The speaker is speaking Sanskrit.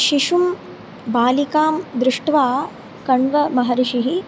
शिशुं बालिकां दृष्ट्वा कण्वमहर्षिः